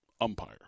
umpire